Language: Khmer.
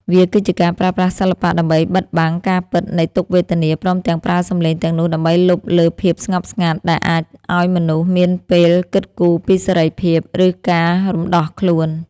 វាគឺជាការប្រើប្រាស់សិល្បៈដើម្បីបិទបាំងការពិតនៃទុក្ខវេទនា ព្រមទាំងប្រើសម្លេងទាំងនោះដើម្បីលុបលើភាពស្ងប់ស្ងាត់ ដែលអាចឱ្យមនុស្សមានពេលគិតគូរពីសេរីភាព ឬការរំដោះខ្លួន។